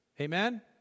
Amen